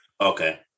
Okay